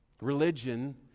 religion